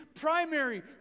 primary